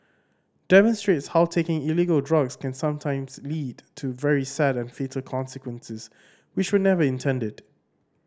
demonstrates how taking illegal drugs can sometimes lead to very sad and fatal consequences which were never intended